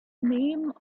name